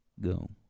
Go